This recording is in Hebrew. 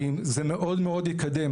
זה מאוד-מאוד יקדם.